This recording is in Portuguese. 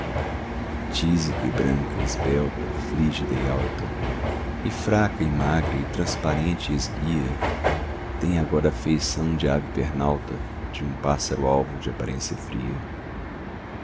e branca esbelta frígida e alta e fraca e magra e transparente e esguia tem agora a feição de ave pernalta de um pássaro alvo de aparência fria